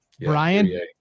Brian